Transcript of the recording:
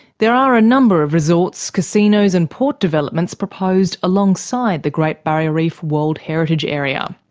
there are a number of resorts, casinos and port developments proposed alongside the great barrier reef world heritage area.